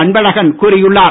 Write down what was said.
அன்பழகன் கூறியுள்ளார்